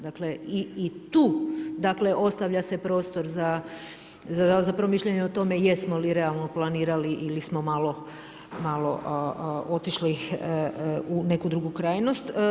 Dakle i tu se ostavlja prostor za promišljanje o tome jesmo li realno planirali ili smo malo otišli u neku drugu krajnost.